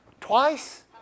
twice